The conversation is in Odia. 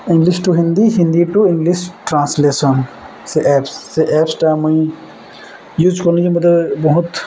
English to Hindi Hindi to English translation ସେ ଆପ୍ସ୍ ସେ ଆପ୍ସ୍ଟା ମୁଇଁ ୟୁଜ୍ କନି ମୋତେ ବହତ୍